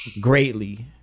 greatly